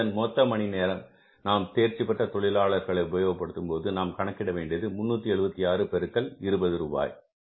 இதன் மொத்த மணி நேரம் நாம் தேர்ச்சிபெற்ற தொழிலாளர்களை உபயோகப்படுத்தும் போது நாம் கணக்கிட வேண்டியது 376 பெருக்கல் ரூபாய் 20